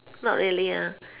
not really ah